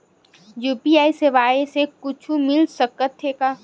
UPI सेवाएं से कुछु मिल सकत हे?